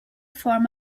form